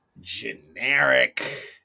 generic